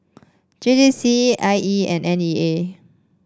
J J C I E and N E A